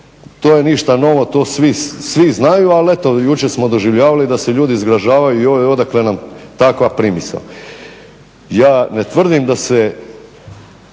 to je ništa novo, to svi znaju, ali eto jučer smo doživljavali da se ljudi zgražavaju, joj odakle nam takva primisao. Ja ne tvrdim da se